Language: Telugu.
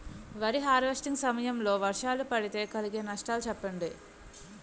వరి హార్వెస్టింగ్ సమయం లో వర్షాలు పడితే కలిగే నష్టాలు చెప్పండి?